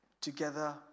together